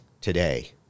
today